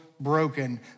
broken